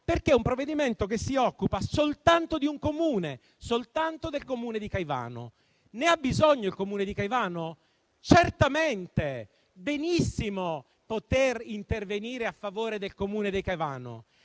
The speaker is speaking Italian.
forma di propaganda, perché si occupa soltanto di un Comune, solo del Comune di Caivano. Ne ha bisogno il Comune di Caivano? Certamente. Va benissimo poter intervenire a favore del Comune di Caivano,